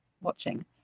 watching